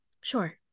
Sure